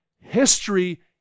History